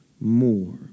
more